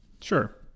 Sure